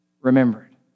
remembered